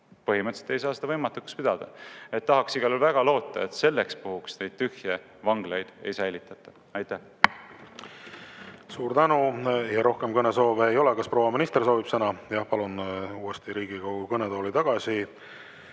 põhimõtteliselt ei saa seda võimatuks pidada. Tahaks igal juhul väga loota, et selleks puhuks neid tühje vanglaid ei säilitata. Aitäh!